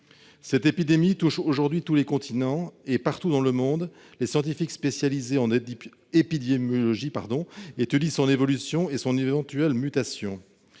Cette épidémie touche aujourd'hui tous les continents et, partout dans le monde, les scientifiques spécialisés en épidémiologie étudient son évolution et son éventuelle mutation.